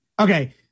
Okay